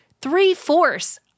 three-fourths